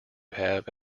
have